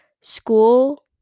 school